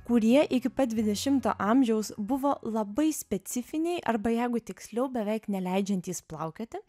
kurie iki pat dvidešimo amžiaus buvo labai specifiniai arba jeigu tiksliau beveik neleidžiantys plaukioti